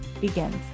begins